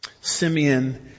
Simeon